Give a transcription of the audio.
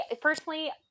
personally